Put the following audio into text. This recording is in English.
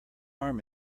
arm